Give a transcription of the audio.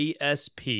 asp